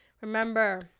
remember